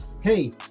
hey